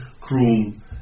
Croom